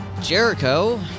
Jericho